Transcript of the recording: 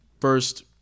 first